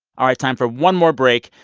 all right. time for one more break.